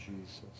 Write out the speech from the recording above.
Jesus